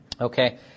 Okay